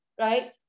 Right